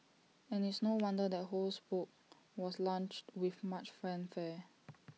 and it's no wonder that Ho's book was launched with much fanfare